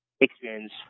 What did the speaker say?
experience